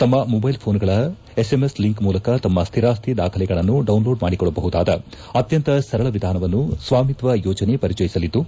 ತಮ್ಮ ಮೊಬೈಲ್ ಫೋನ್ಗಳ SMS link ಮೂಲಕ ತಮ್ಮ ಶ್ರಿರಾಸ್ತಿ ದಾಖಲೆಗಳನ್ನು ಡೌನ್ಲೋಡ್ ಮಾಡಿಕೊಳ್ಳಬಹುದಾದ ಅತ್ತಂತ ಸರಳ ವಿಧಾನವನ್ನು ಸ್ವಾಮಿತ್ವ ಯೋಜನೆ ಪರಿಚಯಿಸಲಿದ್ದು